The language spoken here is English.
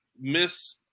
miss